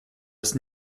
das